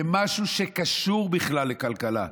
למשהו שקשור בכלל לכלכלה?